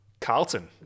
Carlton